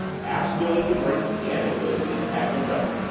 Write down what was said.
ask billy to bring some candles, lizzie and have them ready.